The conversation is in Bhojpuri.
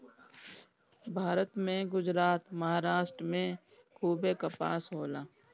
भारत में गुजरात, महाराष्ट्र में खूबे कपास होला